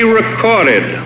recorded